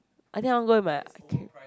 I think I want go with my okay